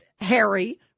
Harry